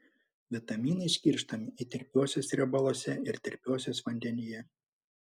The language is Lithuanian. vitaminai skirstomi į tirpiuosius riebaluose ir tirpiuosius vandenyje